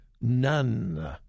none